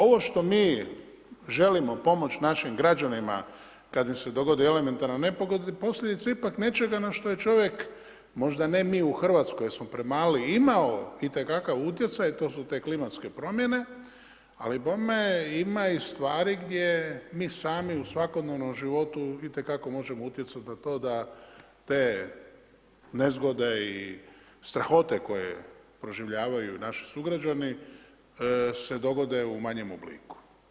Ovo što mi želimo pomoći našim građanima, kada im se dogodi elementarna nepogoda, posljedica je ipak nečega, na što je čovjek, možda ne mi u Hrvatskoj, jer smo premali, imao itekakav utjecaj, to su te klimatske promjene, ali bogme ima i stvari, gdje mi sami u svakodnevnom životu, itekako možemo utjecati na to da te nezgode i strahote koje proživljavaju naši sugrađani, se dogodi u manjem obliku.